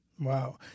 Wow